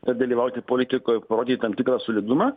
ar dalyvauti politikoj parodyt tam tikrą solidumą